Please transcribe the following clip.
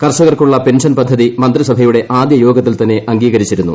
കർഷകർക്കുള്ള pension പദ്ധതി മന്ത്രിസഭയുടെ ആദ്യ യോഗത്തിൽ തന്നെ അംഗീകരിച്ചിരുന്നു